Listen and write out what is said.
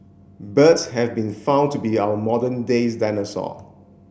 birds have been found to be our modern days dinosaur